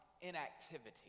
inactivity